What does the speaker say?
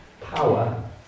power